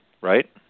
right